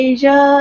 Asia